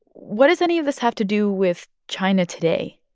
what does any of this have to do with china today?